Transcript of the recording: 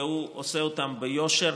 והוא עושה אותן ביושר.